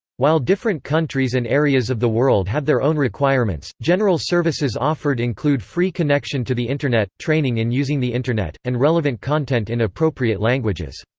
while different countries and areas of the world have their own requirements, general services offered include free connection to the internet, training in using the internet, and relevant content in appropriate languages.